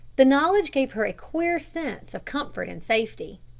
the knowledge gave her a queer sense of comfort and safety.